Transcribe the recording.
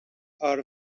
har